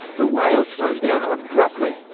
the whale slows down abruptly.